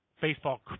Baseball